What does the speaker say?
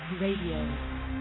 Radio